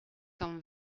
cent